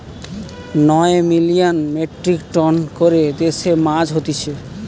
নয় million metric ton করে দেশে মাছ হতিছে